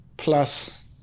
Plus